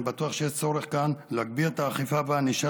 אני בטוח שיש צורך גם להגביר את האכיפה והענישה